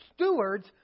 stewards